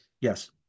Yes